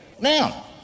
Now